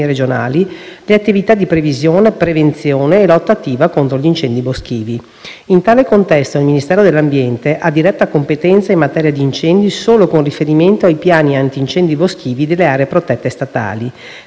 regionali, le attività di previsione, prevenzione e lotta attiva contro gli incendi boschivi. In tale contesto, il Ministero dell'ambiente ha diretta competenza in materia di incendi solo con riferimento ai piani antincendio boschivi delle aree protette statali,